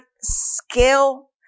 skill